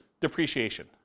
depreciation